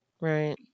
Right